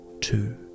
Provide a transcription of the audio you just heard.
two